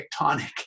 tectonic